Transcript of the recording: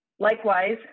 Likewise